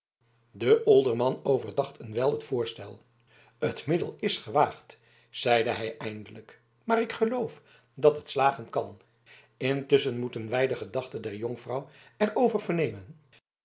de olderman overdacht een wijl het voorstel het middel is gewaagd zeide hij eindelijk maar ik geloof dat het slagen kan intusschen moeten wij de gedachte der jonkvrouw er over vernemen